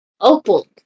Opal